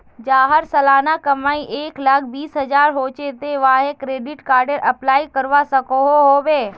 जहार सालाना कमाई एक लाख बीस हजार होचे ते वाहें क्रेडिट कार्डेर अप्लाई करवा सकोहो होबे?